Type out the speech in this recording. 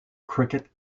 cricket